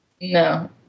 No